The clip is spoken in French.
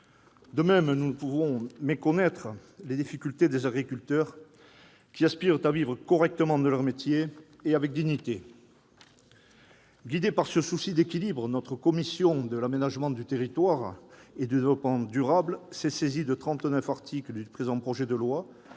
De même, nous ne pouvons pas méconnaître les difficultés des agriculteurs, qui aspirent à vivre correctement de leur métier, et avec dignité. Guidée par ce souci d'équilibre, notre commission de l'aménagement du territoire et du développement durable s'est saisie de trente-neuf articles du présent projet de loi,